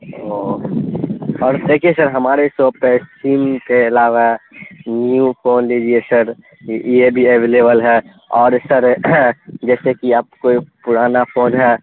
اوہ اور دیکھیے سر ہمارے سوپ پہ سیم کے علاوہ نیو فون لیجیے سر یہ بھی اویلیبل ہے اور اس طرح جیسے کہ آپ کوئی پرانا فون ہے